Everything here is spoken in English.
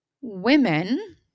women